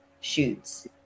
shoots